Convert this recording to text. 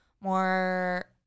more